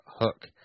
Hook